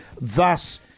Thus